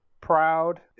proud